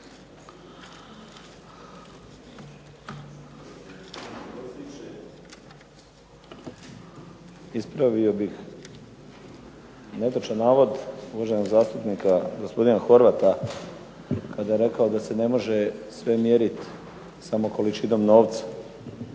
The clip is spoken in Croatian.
Ispravio bih netočan navod uvaženog zastupnika, gospodina Horvata kada je rekao da se ne može sve mjeriti samo količinom novca.